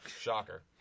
Shocker